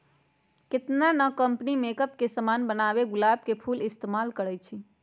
केतना न company makeup के समान बनावेला गुलाब के फूल इस्तेमाल करई छई